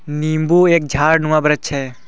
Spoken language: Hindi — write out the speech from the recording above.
नींबू एक झाड़नुमा वृक्ष है